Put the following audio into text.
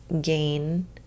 gain